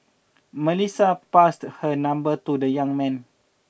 Melissa passed her number to the young man